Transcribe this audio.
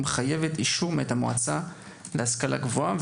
מחייבת אישור מאת המועצה להשכלה גבוהה.